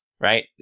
right